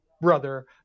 brother